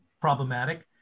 problematic